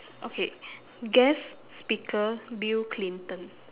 okay guest speaker bill clinton